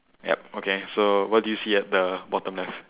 yup okay so what do you see at the bottom left